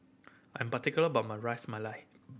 I'm particular about my Ras Malai